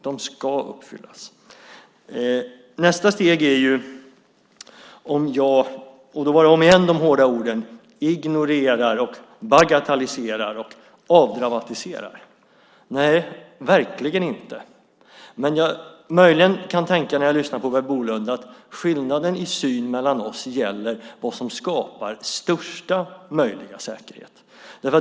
De ska uppfyllas. Nästa steg är om jag - där kom om igen de hårda orden - ignorerar, bagatelliserar och avdramatiserar. Nej, verkligen inte! Men jag kan möjligen tänka, när jag lyssnar på Bolund, att skillnaden i syn mellan oss gäller vad som skapar största möjliga säkerhet.